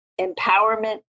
empowerment